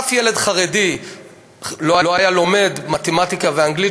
אף ילד חרדי לא היה לומד מתמטיקה ואנגלית,